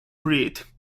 breed